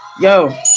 Yo